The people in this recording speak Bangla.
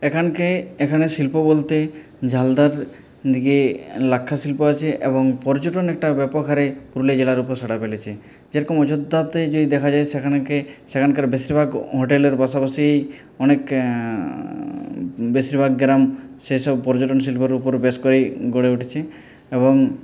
এখানে এখানে শিল্প বলতে ঝালদার দিকে লাক্ষা শিল্প আছে এবং পর্যটন একটা ব্যাপক হারে পুরুলিয়া জেলার উপর সাড়া ফেলেছে যেরকম অযোধ্যাতে যদি দেখা যায় সেখানে সেখানকার বেশিরভাগ হোটেলের পাশাপাশি অনেক বেশিরভাগ গ্রাম সেসব পর্যটন শিল্পর উপরে বেস করেই গড়ে উঠেছে এবং